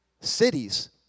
Cities